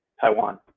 Taiwan